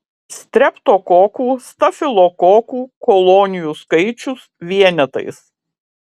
streptokokų stafilokokų kolonijų skaičius vienetais